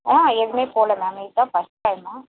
ஆ ஏற்கனவே போகல மேம் இதுதான் ஃபஸ்ட் டைம்மு